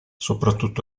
soprattutto